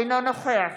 אינו נוכח